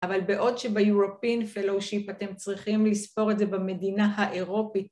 אבל בעוד שב-European Fellowship אתם צריכים לספור את זה במדינה האירופית.